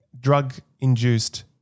drug-induced